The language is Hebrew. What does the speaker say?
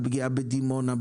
על פגיעה בדימונה,